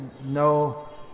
no